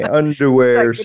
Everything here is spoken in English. underwear